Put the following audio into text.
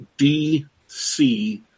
DC